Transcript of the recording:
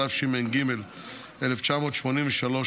התשמ"ג 1983,